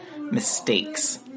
mistakes